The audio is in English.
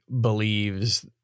believes